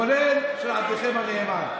כולל של עבדכם הנאמן,